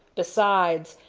besides,